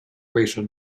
racial